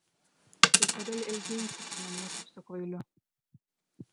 tai kodėl elgeisi su manimi kaip su kvailiu